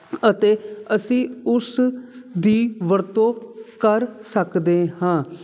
ਅਤੇ ਅਸੀਂ ਉਸ ਦੀ ਵਰਤੋਂ ਕਰ ਸਕਦੇ ਹਾਂ